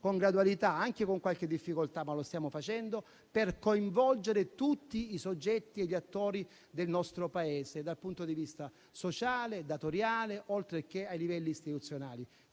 con gradualità e anche con qualche difficoltà, per coinvolgere tutti i soggetti e gli attori del nostro Paese, dal punto di vista sociale, datoriale oltreché ai livelli istituzionali.